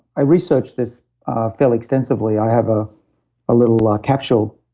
i researched this ah fairly extensively. i have a ah little ah capsule,